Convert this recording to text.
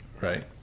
Right